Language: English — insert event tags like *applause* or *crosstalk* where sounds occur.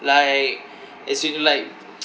like as in like *noise*